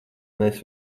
mēs